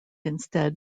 instead